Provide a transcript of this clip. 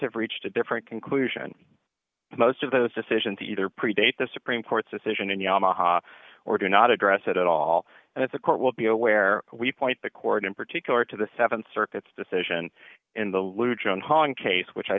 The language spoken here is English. have reached a different conclusion most of those decisions either predate the supreme court's decision in yamaha or do not address it at all and if the court will be aware we point the court in particular to the seven circuits decision in the loo jones hauling case which i